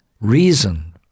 reason